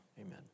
amen